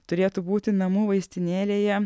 turėtų būti namų vaistinėlėje